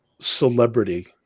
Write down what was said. celebrity